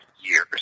years